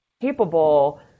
capable